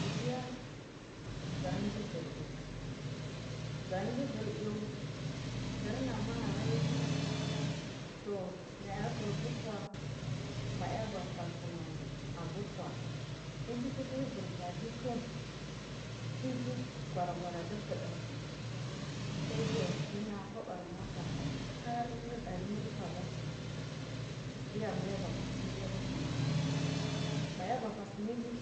Nitsuya zuna dibur ijwu zun dibur iw dhirinamu arayumai tur nayaburkuba duflma ma’aba fatsina abufuw ivik diibu badik ivir gora gora du phudumai sai diya kna kobur motar har darimidufu agatsu diya maiba futsugiya bufuma mayafadina evik